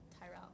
Tyrell